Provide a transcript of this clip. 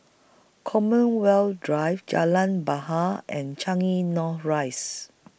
Commonwealth Drive Jalan Bahar and Changi North Rise